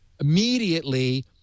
immediately